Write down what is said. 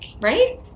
right